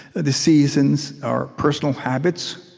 ah the seasons, our personal habits,